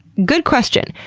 good question.